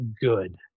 good